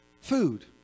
food